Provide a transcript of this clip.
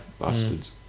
bastards